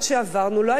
לא היתה ברירה.